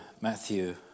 Matthew